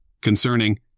Concerning